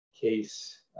case